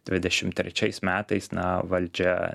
dvidešim trečiais metais na valdžia